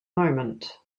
moment